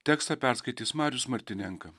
tekstą perskaitys marius martinenka